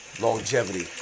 Longevity